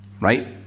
right